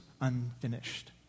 unfinished